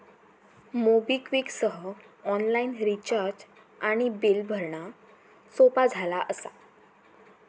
MobiKwik सह online recharge आणि bill भरणा सोपा झाला असा